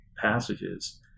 passages